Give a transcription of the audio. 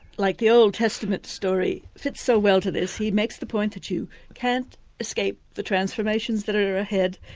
like the old testament story fits so well to this. he makes the point that you can't escape the transformations that are ahead,